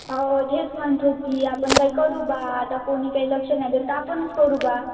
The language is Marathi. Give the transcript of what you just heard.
हो तेच म्हणत होती आपण काही करू बा आता कोणी काही लक्ष नाही देत तर आपणच करू बा